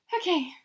Okay